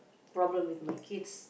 problem with my kids